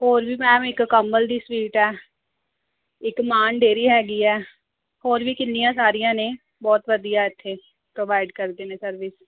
ਹੋਰ ਵੀ ਮੈਮ ਇੱਕ ਕਮਲ ਦੀ ਸਵੀਟ ਹੈ ਇੱਕ ਮਾਨ ਡੇਅਰੀ ਹੈਗੀ ਹੈ ਹੋਰ ਵੀ ਕਿੰਨੀਆਂ ਸਾਰੀਆਂ ਨੇ ਬਹੁਤ ਵਧੀਆ ਇੱਥੇ ਪ੍ਰੋਵਾਇਡ ਕਰਦੇ ਨੇ ਸਰਵਿਸ